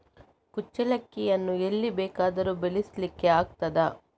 ಕುಚ್ಚಲಕ್ಕಿಯನ್ನು ಎಲ್ಲಿ ಬೇಕಾದರೂ ಬೆಳೆಸ್ಲಿಕ್ಕೆ ಆಗ್ತದ?